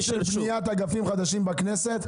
יש תקציב מיוחד לבניית אגפים חדשים בכנסת.